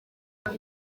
nawe